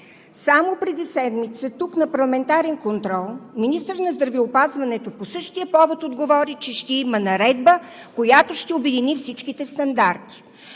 Само преди седмица тук на парламентарен контрол министърът на здравеопазването по същия повод отговори, че ще има наредба, която ще обедини всичките стандарти.